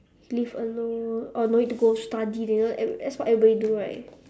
live alone or no need to go study you know that's that's what everybody do right